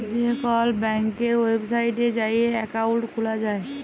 যে কল ব্যাংকের ওয়েবসাইটে যাঁয়ে একাউল্ট খুলা যায়